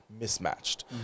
mismatched